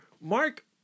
Mark